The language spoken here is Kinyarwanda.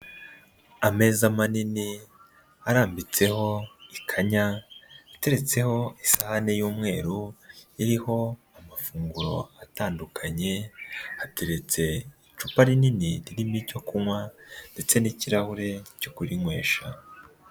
Ameza manini arambitseho ikanya ateretseho isahani y'umweru iriho amafunguro atandukanye, hateretse icupa rinini ririmo icyo kunywa ndetse n'ikirahure cyo kurinywesha.